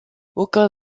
aucun